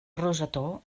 rosetó